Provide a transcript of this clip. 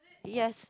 yes